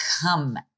come